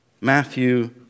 Matthew